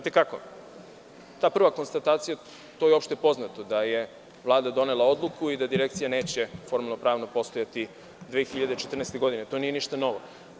Ta prva konstatacija, to je opšte poznato da je Vlada donela odluku i da Direkcija neće formalno-pravno postojati 2014. godine, to nije ništa novo.